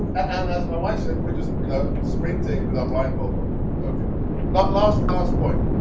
and as my wife said we just you know sprinting with a client over ok but last last point